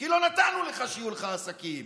כי לא נתנו לך שיהיו לך עסקים,